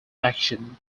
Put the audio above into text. action